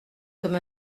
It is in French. comme